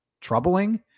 troubling